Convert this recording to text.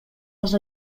els